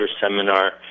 seminar